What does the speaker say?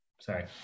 sorry